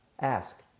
ask